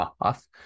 off